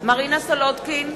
מרינה סולודקין,